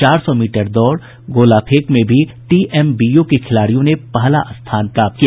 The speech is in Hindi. चार सौ मीटर दौड़ गोला फेंक में भी टीएमबीयू के खिलाड़ियों ने पहला स्थना प्राप्त किया